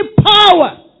power